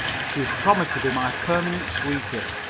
she has promised to be my permanent sweetie.